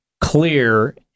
clear